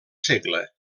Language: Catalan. segle